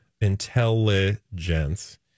intelligence